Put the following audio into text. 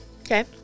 Okay